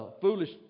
foolish